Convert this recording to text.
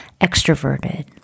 extroverted